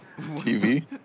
TV